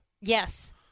Yes